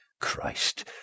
Christ